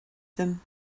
them